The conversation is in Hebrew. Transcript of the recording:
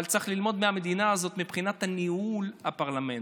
אבל צריך ללמוד מהמדינה הזאת מבחינת ניהול הפרלמנט,